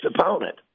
opponent